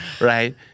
right